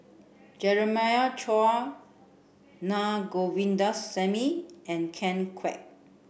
Jeremiah Choy Naa Govindasamy and Ken Kwek